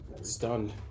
Stunned